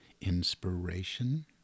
inspiration